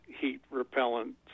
heat-repellent